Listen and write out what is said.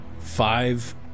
Five